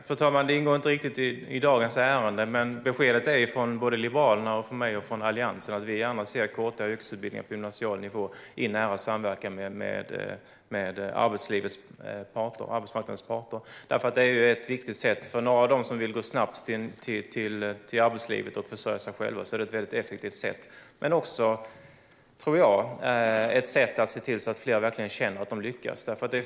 Fru talman! Det ingår inte riktigt i dagens ärende, men beskedet från mig och Liberalerna och från Alliansen är att vi gärna ser kortare yrkesutbildningar på gymnasial nivå i nära samverkan med arbetsmarknadens parter. För några av dem som snabbt vill gå ut i arbetslivet och försörja sig själva är det ett effektivt sätt. Det är också, tror jag, ett sätt att få fler att känna att de lyckas.